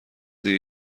دیگه